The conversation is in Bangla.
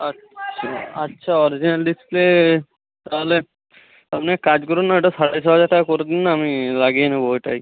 আচ্ছা আচ্ছা অরিজিনাল ডিসপ্লে তাহলে আপনি এক কাজ করুন না ওটা সাড়ে ছ হাজার টাকা করে দিন না আমি লাগিয়ে নেবো ওটাই